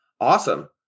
Awesome